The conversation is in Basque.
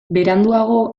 beranduago